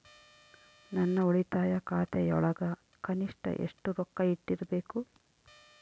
ನನ್ನ ಉಳಿತಾಯ ಖಾತೆಯೊಳಗ ಕನಿಷ್ಟ ಎಷ್ಟು ರೊಕ್ಕ ಇಟ್ಟಿರಬೇಕು?